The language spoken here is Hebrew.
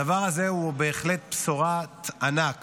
הדבר הזה הוא בהחלט בשורת ענק